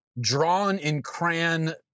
drawn-in-crayon